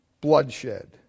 bloodshed